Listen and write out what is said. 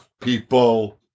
people